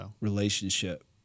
relationship